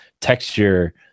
texture